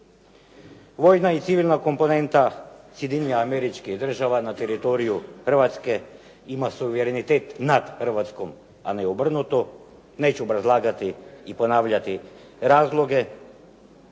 Vojna i civilna komponenta Sjedinjenih Američkih Država na teritoriju Hrvatske ima suverenitet nad Hrvatskom, a ne obrnuto. Neću obrazlagati i ponavljati razloge